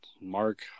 mark